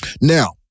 Now